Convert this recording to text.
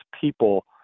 people